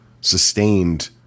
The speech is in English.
sustained